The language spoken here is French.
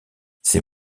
ces